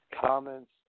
comments